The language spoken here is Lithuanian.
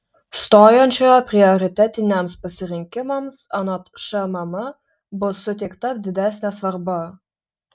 stojančiojo prioritetiniams pasirinkimams anot šmm bus suteikta didesnė svarba